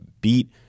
beat